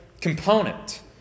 component